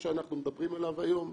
החוק שאנחנו מדברים עליו היום,